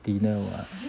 dinner what